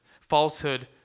falsehood